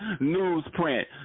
newsprint